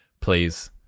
please